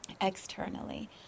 externally